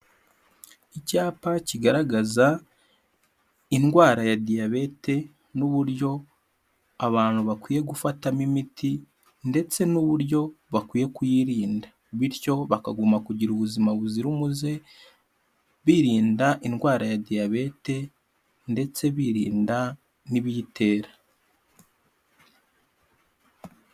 Icyapa kigaragaza indwara ya diyabete n'uburyo abantu bakwiye gufatamo imiti ndetse n'uburyo bakwiye kuyirinda, bityo bakagumya kugira ubuzima buzira umuze birinda indwara ya diyabete ndetse birinda n'ibiyitera.